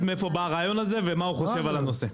מאיפה בא הרעיון הזה ומה הוא חושב על הנושא.